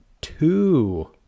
two